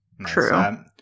true